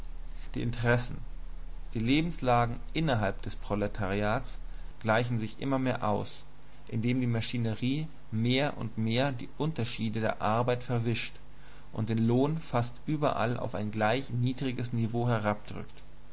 die interessen die lebenslagen innerhalb des proletariats gleichen sich immer mehr aus indem die maschinerie mehr und mehr die unterschiede der arbeit verwischt und den lohn fast überall auf ein gleich niedriges niveau herabdrückt